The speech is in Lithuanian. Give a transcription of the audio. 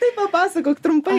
tai papasakok trumpai